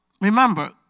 remember